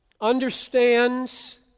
understands